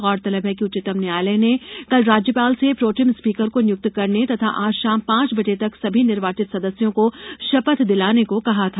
गौरतलब है कि उच्चतम न्यायालय ने कल राज्यपाल से प्रोटेम स्पीकर को नियुक्त करने तथा आज शाम पांच बजे तक सभी निर्वाचित सदस्यों को शपथ दिलाने को कहा था